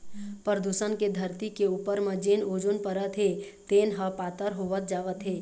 परदूसन के धरती के उपर म जेन ओजोन परत हे तेन ह पातर होवत जावत हे